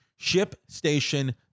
ShipStation